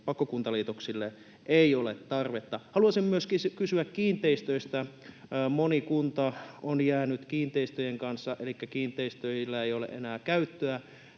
pakkokuntaliitoksille ei ole tarvetta. Haluaisin myöskin kysyä kiinteistöistä. Moni kunta on jäänyt kiinteistöjen kanssa pulaan, elikkä kiinteistöillä ei ole enää käyttöä,